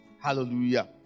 hallelujah